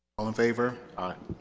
all in favor? aye